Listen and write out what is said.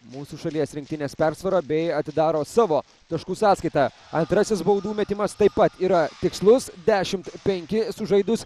mūsų šalies rinktinės persvarą bei atidaro savo taškų sąskaitą antrasis baudų metimas taip pat yra tikslus dešimt penki sužaidus